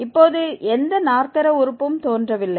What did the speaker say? இப்போது எந்த நாற்கர உறுப்பும் தோன்றவில்லை